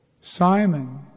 Simon